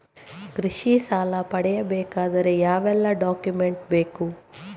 ಕೃಷಿ ಸಾಲ ಪಡೆಯಬೇಕಾದರೆ ಯಾವೆಲ್ಲ ಡಾಕ್ಯುಮೆಂಟ್ ಬೇಕು?